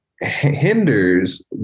hinders